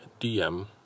DM